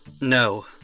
No